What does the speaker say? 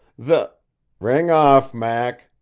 the ring off, mac!